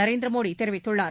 நரேந்திர மோடி தெரிவித்துள்ளார்